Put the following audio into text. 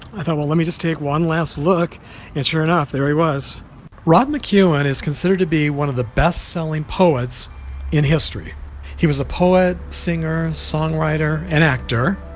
i thought well, let me just take one last look and sure enough there he was rob mcewen is considered to be one of the best-selling poets in history he was a poet singer songwriter and actor